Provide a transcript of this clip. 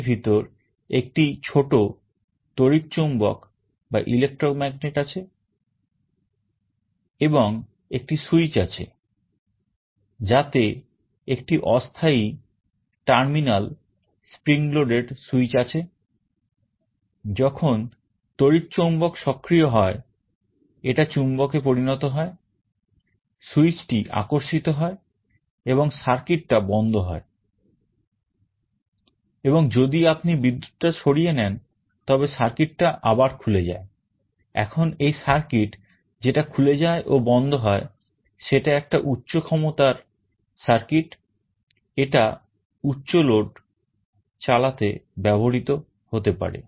এর ভিতর একটি ছোট তড়িৎ চৌম্বক চালাতে ব্যবহৃত হতে পারে